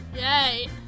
Yay